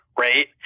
right